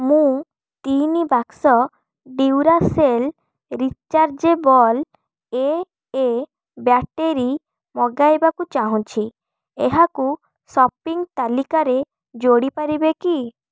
ମୁଁ ତିନି ବାକ୍ସ Duracell rechargeable A A battery ମଗାଇବାକୁ ଚାହୁଁଛି ଏହାକୁ ସପିଂ ତାଲିକାରେ ଯୋଡ଼ି ପାରିବେ କି